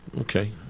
Okay